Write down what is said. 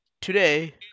Today